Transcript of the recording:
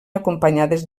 acompanyades